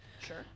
Sure